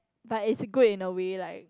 but it's good in a way like